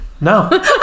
No